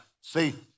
See